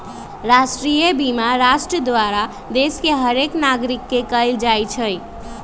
राष्ट्रीय बीमा राष्ट्र द्वारा देश के हरेक नागरिक के कएल जाइ छइ